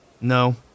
No